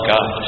God